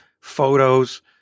photos